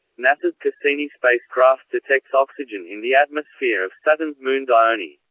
nasa's cassini spacecraft detects oxygen in the atmosphere of saturn's moon dione.